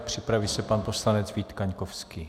Připraví se pan poslanec Vít Kaňkovský.